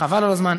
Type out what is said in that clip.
חבל על הזמן.